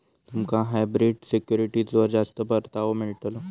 तुमका हायब्रिड सिक्युरिटीजवर जास्त परतावो मिळतलो